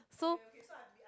so